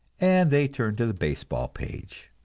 and they turn to the baseball page.